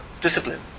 discipline